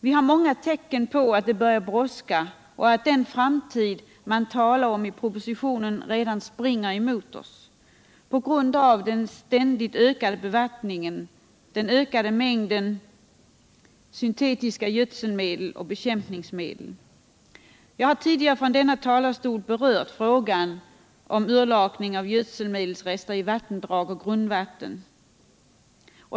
Vi har många tecken på att det börjar brådska och att den framtid man talar om i propositionen redan springer mot oss på grund av den ständigt ökade bevattningen, den ökande mängden syntetiska gödselmedel och bekämpningsmedel. Jag har tidigare från denna talarstol berört frågan om urlakning av gödselmedelsrester i vattendrag och grundvatten.